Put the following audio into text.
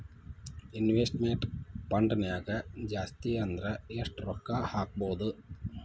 Investment ಫಂಡ್ನ್ಯಾಗ ಜಾಸ್ತಿ ಅಂದ್ರ ಯೆಷ್ಟ್ ರೊಕ್ಕಾ ಹಾಕ್ಬೋದ್?